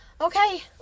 okay